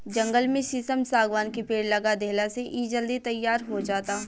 जंगल में शीशम, शागवान के पेड़ लगा देहला से इ जल्दी तईयार हो जाता